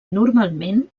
normalment